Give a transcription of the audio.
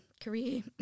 career